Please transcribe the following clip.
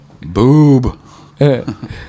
Boob